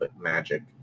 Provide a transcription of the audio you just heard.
magic